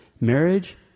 Marriage